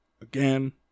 again